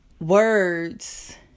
words